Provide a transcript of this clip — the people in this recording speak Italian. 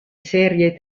serie